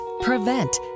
prevent